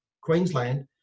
Queensland